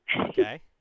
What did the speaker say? Okay